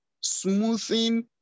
smoothing